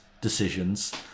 decisions